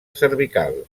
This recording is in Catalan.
cervical